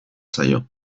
zaio